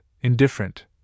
indifferent